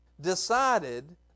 decided